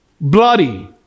Bloody